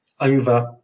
over